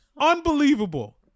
Unbelievable